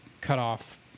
cut-off